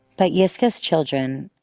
but yiscah's children,